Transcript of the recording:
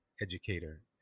educator